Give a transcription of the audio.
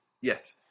Yes